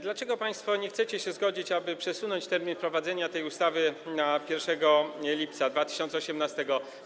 Dlaczego państwo nie chcecie się zgodzić, aby przesunąć termin wprowadzenia tej ustawy na 1 lipca 2018 r.